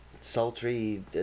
sultry